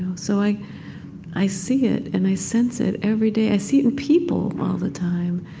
so i i see it, and i sense it every day. i see it in people all the time.